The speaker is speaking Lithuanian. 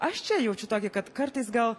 aš čia jaučiu tokį kad kartais gal